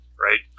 right